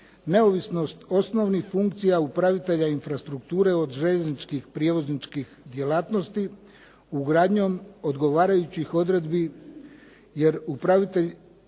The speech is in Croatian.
neovisnost osnovnih funkcija upravitelja infrastrukture od željezničkih prijevozničkih djelatnosti ugradnjom odgovarajućih odredbi, jer upravitelj